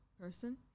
person